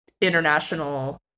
international